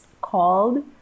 called